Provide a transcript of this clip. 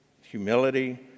humility